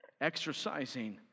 exercising